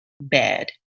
Bad